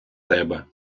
тебе